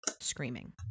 screaming